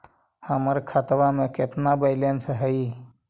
हमर खतबा में केतना बैलेंस हई?